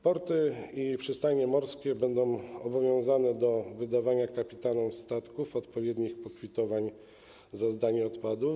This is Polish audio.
Porty i przystanie morskie będą obowiązane do wydawania kapitanom statków odpowiednich pokwitowań dotyczących zdania odpadów.